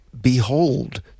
Behold